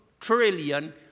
trillion